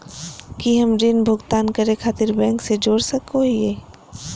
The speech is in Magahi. की हम ऋण भुगतान करे खातिर बैंक से जोड़ सको हियै?